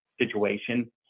situation